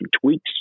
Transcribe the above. tweaks